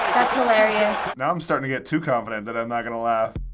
that's hilarious. now i'm starting to get too confident that i'm not going to laugh.